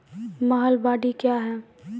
महलबाडी क्या हैं?